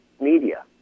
media